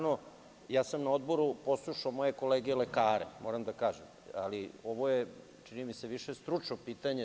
Na Odboru sam poslušao moje kolege lekare, moram da kažem, ali ovo je, čini mi se, više stručno pitanje.